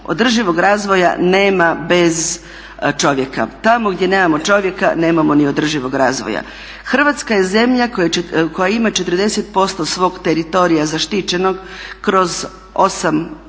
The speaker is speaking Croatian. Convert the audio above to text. Održivog razvoja nema bez čovjeka. Tamo gdje nemamo čovjeka nemamo ni održivog razvoja. Hrvatska je zemlja koja ima 40% svog teritorija zaštićenog kroz 8